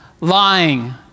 lying